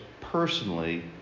personally